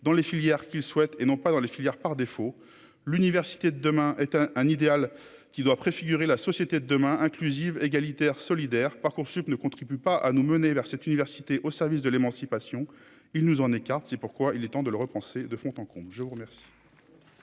dans les filières qui le souhaitent et non pas dans les filières, par défaut, l'université de demain est un un idéal qui doit préfigurer la société de demain inclusive égalitaire, solidaire Parcoursup ne contribue pas à nous mener vers cette université au service de l'émancipation, il nous en écarte, c'est pourquoi il est temps de le repenser de fond en comble, je vous remercie.